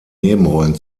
nebenrollen